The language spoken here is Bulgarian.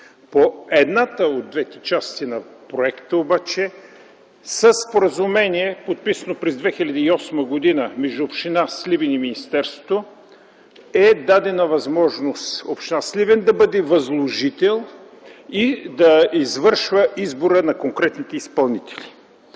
По едната от двете части на проекта обаче със споразумение, подписано през 2008 г. между община Сливен и министерството, е дадена възможност община Сливен да бъде възложител и да извършва избора на конкретните изпълнители.